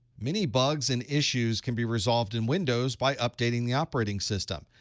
many bugs and issues can be resolved in windows by updating the operating system.